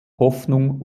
hoffnung